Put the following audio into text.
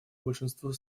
большинство